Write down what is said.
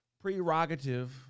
prerogative